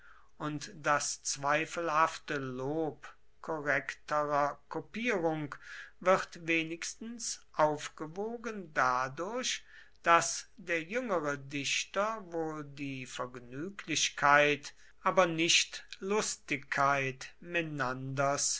und das zweifelhafte lob korrekterer kopierung wird wenigstens aufgewogen dadurch daß der jüngere dichter wohl die vergnüglichkeit aber nicht lustigkeit menanders